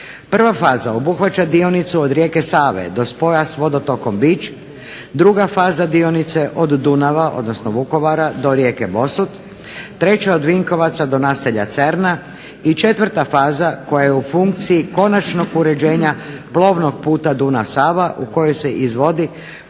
Prva faza obuhvaća dionicu od rijeke Save do spoja s vodotokom Biđ, druga faza dionice od Dunava odnosno Vukovara do rijeke Bosut. Treća od Vinkovaca do naselja Cerna. I četvrta faza koja je u funkciji konačnog uređenja plovnog puta Dunava – Sava u kojoj se izvodi